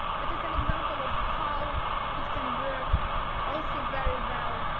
but it's an example of how it can work also very well,